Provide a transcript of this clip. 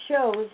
shows